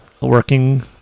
working